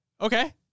Okay